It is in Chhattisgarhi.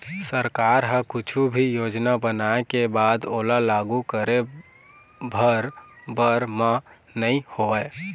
सरकार ह कुछु भी योजना बनाय के बाद ओला लागू करे भर बर म नइ होवय